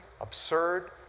absurd